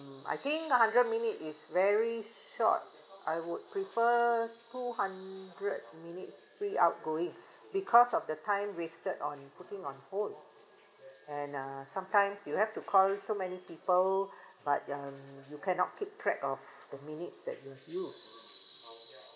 I think hundred minutes is very short I would prefer two hundred minutes free outgoing because of the time wasted on putting on hold and uh sometimes you have to call so many people but um you cannot keep track of the minutes that you had use